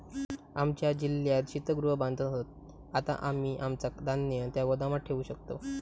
आमच्या जिल्ह्यात शीतगृह बांधत हत, आता आम्ही आमचा धान्य त्या गोदामात ठेवू शकतव